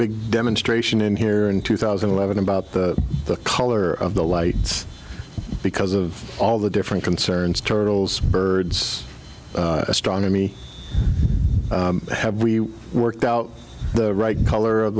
big demonstration in here in two thousand and eleven about the color of the lights because of all the different concerns turtles birds astronomy have we worked out the right color of